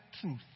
truth